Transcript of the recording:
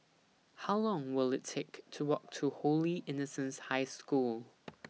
How Long Will IT Take to Walk to Holy Innocents' High School